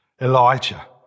Elijah